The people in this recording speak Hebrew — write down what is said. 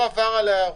הוא עבר עליהן,